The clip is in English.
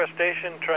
station